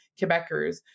Quebecers